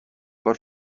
کار